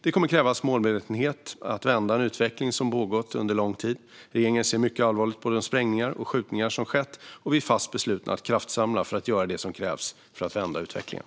Det kommer att krävas målmedvetenhet för att vända en utveckling som pågått under lång tid. Regeringen ser mycket allvarligt på de sprängningar och skjutningar som skett, och vi är fast beslutna att kraftsamla för att göra det som krävs för att vända utvecklingen.